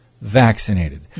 vaccinated